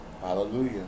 Hallelujah